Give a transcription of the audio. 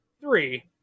three